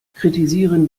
kritisieren